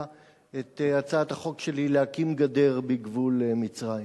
את הצעת החוק שלי להקים גדר בגבול מצרים,